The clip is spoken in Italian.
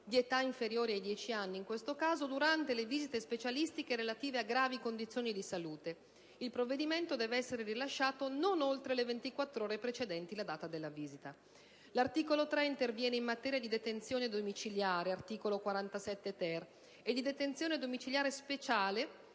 (di età inferiore ai 10 anni, in questo caso) durante le visite specialistiche relative a gravi condizioni di salute. Il provvedimento deve essere rilasciato non oltre le ventiquattro ore precedenti la data della visita. L'articolo 3 interviene in materia di detenzione domiciliare (articolo 47*-ter* dell'ordinamento